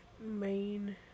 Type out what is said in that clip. main